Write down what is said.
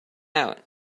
out